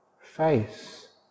face